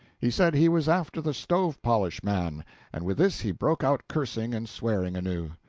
he said he was after the stove-polish man and with this he broke out cursing and swearing anew.